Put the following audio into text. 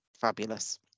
Fabulous